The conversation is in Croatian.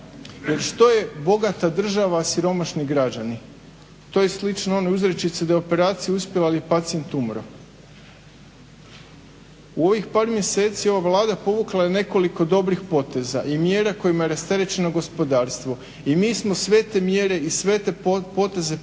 Jer što je bogata država, a siromašni građani? To je slično onoj uzrečici da je operacija uspjela, ali je pacijent umro. U ovih par mjeseci ova Vlada povukla je nekoliko dobrih poteza i mjera kojima je rasterećeno gospodarstvo i mi smo sve te mjere i sve te poteze poduprli